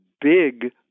big